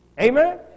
Amen